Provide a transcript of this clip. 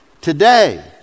today